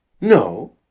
No